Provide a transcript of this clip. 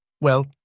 Well